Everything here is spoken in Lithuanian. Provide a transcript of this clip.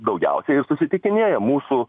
daugiausiai susitikinėja mūsų